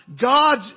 God